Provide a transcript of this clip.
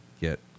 get